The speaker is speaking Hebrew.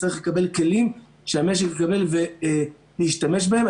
תצטרך לקבל כלים שהמשק יקבל וישתמש בהם.